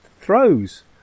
throws